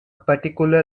particular